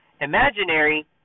imaginary